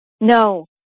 No